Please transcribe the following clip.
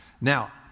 Now